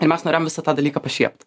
ir mes norėjom visą tą dalyką pašiept